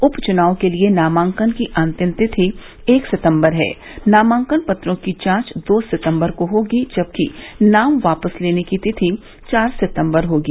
उप चुनाव के लिये नामांकन की अंतिम तिथि एक सितम्बर है नामांकन पत्रों की जांच दो सितम्बर को होगी जबकि नाम वापस लेने की तिथि चार सितम्बर होगी